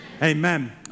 Amen